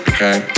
Okay